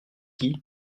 qui